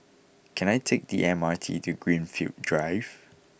can I take the M R T to Greenfield Drive